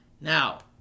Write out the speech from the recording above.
Now